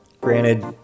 granted